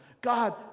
God